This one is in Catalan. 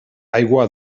aigua